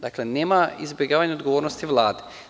Dakle, nema izbegavanja odgovornosti Vlade.